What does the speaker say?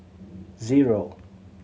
zero